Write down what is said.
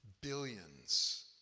Billions